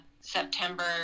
September